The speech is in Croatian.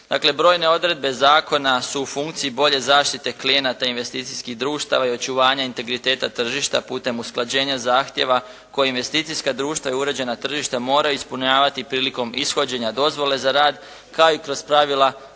Dakle, brojne odredbe zakona su u funkciji bolje zaštite klijenata i investicijskih društava i očuvanja integriteta tržišta putem usklađenja zahtjeva koja investicijska društva i uređena tržišta moraju ispunjavati prilikom ishođenja dozvole za rad kao i kroz pravila